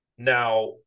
now